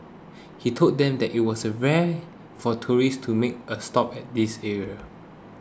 he told them that it was rare for tourists to make a stop at this area